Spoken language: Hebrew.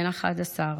בן 11,